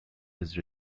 his